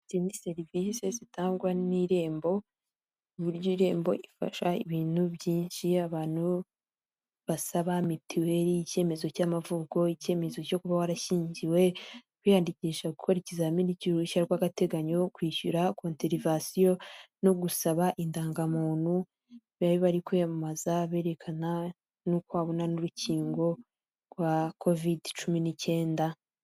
Izi ni serivisi zitangwa n'irembo, uburyo irembo ifasha ibintu byinshi abantu basaba mitiweli, icyemezo cy'amavuko icyemezo cyo kuba warashyingiwe, kwiyandikisha gukora ikizamini cy'uruhushya rw'agateganyo, kwishyura konterevasiyo, no gusaba indangamuntu bari bari kwiyamamaza berekana nuko abona n'urukingo rwa kovde cumi n'ikenda.